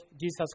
Jesus